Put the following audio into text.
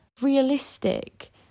realistic